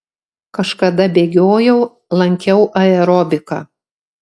kažkada bėgiojau lankiau aerobiką